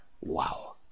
Wow